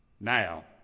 Now